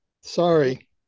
Sorry